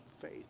faith